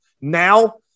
Now